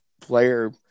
player –